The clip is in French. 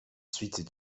suites